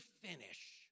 finish